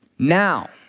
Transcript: Now